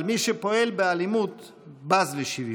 אבל מי שפועל באלימות בז לשוויון.